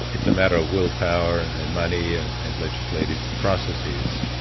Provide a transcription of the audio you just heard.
it's a matter of willpower and and money and and legislative processes.